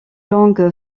langue